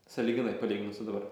sąlyginai palyginus su dabar